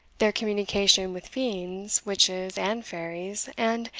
their communication with fiends, witches, and fairies, and,